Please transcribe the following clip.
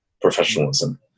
professionalism